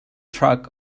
track